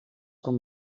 com